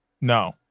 no